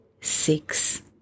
six